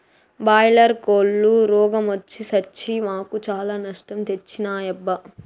boiler కోల్లు రోగ మొచ్చి సచ్చి మాకు చాలా నష్టం తెచ్చినాయబ్బా